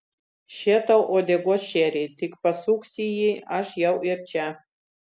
še tau uodegos šerį tik pasuksi jį aš jau ir čia